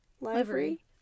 livery